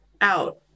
out